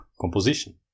composition